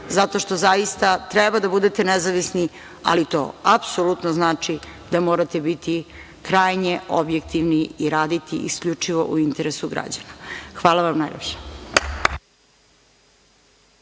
zato što zaista treba da budete nezavisni, ali to apsolutno znači da morate biti krajnje objektivni i raditi isključivo u interesu građana. Hvala vam najlepše.